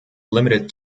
limited